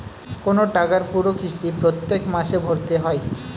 কোন টাকার পুরো কিস্তি প্রত্যেক মাসে ভরতে হয়